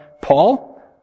Paul